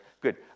Good